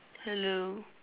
hello